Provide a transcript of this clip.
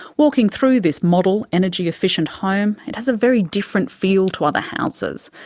walking through this model, energy-efficient home, it has a very different feel to other houses.